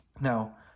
Now